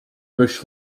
bush